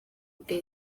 bwe